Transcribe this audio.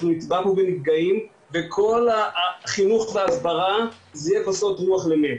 אנחנו נטבע פה בנפגעים וכל החינוך וההסברה יהיו כוסות רוח למת.